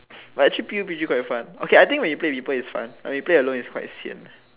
but actually PUB-G quite fun okay I think when you play with people is fun when you play alone is quite sian